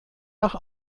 nach